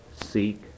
seek